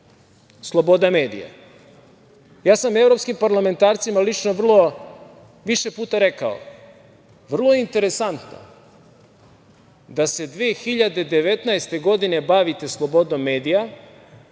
sloboda medija. Evropskim parlamentarcima sam lično više puta rekao – vrlo je interesantno da se 2019. godine bavite slobodom medija,